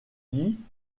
dit